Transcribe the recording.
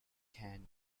hand